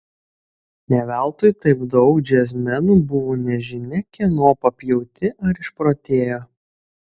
ne veltui taip daug džiazmenų buvo nežinia kieno papjauti ar išprotėjo